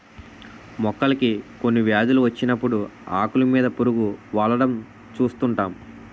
మొక్కలకి కొన్ని వ్యాధులు వచ్చినప్పుడు ఆకులు మీద పురుగు వాలడం చూస్తుంటాం